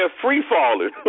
free-falling